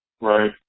Right